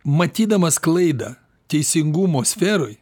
matydamas klaidą teisingumo sferoj